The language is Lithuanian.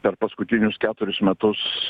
per paskutinius keturis metus